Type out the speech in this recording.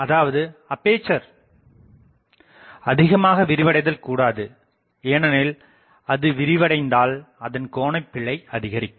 அதாவது அப்பேசர் அதிகமாக விரிவடைதல் கூடாது ஏனெனில் அது விரிவடைந்தால் அதன் கோணபிழை அதிகரிக்கும்